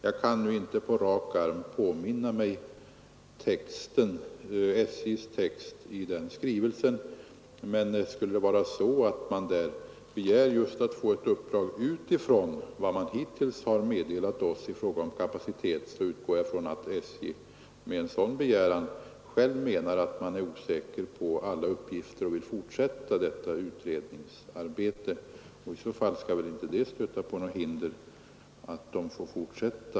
Jag kan inte på rak arm påminna mig texten i den skrivelsen, men skulle det vara så att SJ där begärt att få ett uppdrag utifrån vad man hittills har meddelat oss i fråga om kapaciteten, så utgår jag ifrån att SJ med en sådan begäran menar att man är osäker på vissa uppgifter och vill fortsätta utredningsarbetet. I så fall skall väl inte det möta något hinder.